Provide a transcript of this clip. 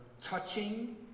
touching